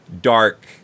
dark